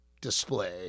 display